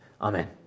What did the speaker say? Amen